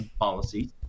policies